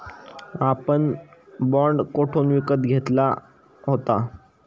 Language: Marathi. आपण बाँड कोठून विकत घेतले होते?